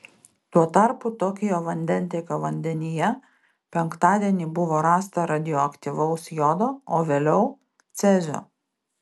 tuo tarpu tokijo vandentiekio vandenyje penktadienį buvo rasta radioaktyvaus jodo o vėliau cezio